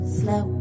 slow